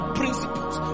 principles